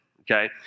okay